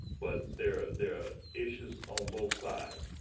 but there there are issues on both sides.